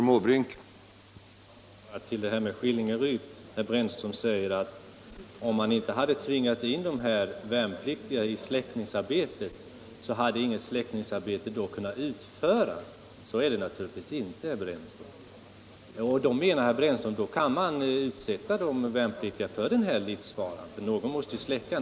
Herr talman! När det gäller Skillingaryd säger herr Brännström att om man inte hade tvingat in de här värnpliktiga i släckningsarbetet hade inget släckningsarbete kunnat utföras. Så är det naturligtvis inte, herr Brännström. Herr Brännström menar att man kan utsätta de värnpliktiga för denna livsfara, för någon måste släcka.